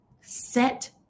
Set